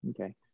Okay